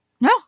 no